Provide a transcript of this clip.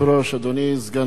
אדוני סגן השר,